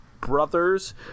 brothers